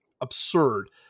absurd